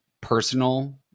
personal